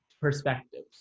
perspectives